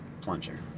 plunger